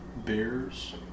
Bears